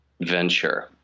venture